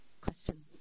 question